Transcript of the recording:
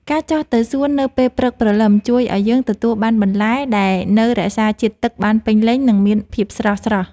ការចុះទៅសួននៅពេលព្រឹកព្រលឹមជួយឱ្យយើងទទួលបានបន្លែដែលនៅរក្សាជាតិទឹកបានពេញលេញ និងមានភាពស្រស់ៗ។